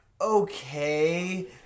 Okay